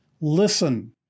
Listen